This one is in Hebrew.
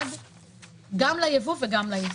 גם לייבוא וגם לייצוא.